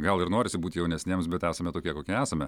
gal ir norisi būt jaunesniems bet esame tokie kokie esame